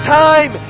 time